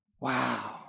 Wow